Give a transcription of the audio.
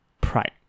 pride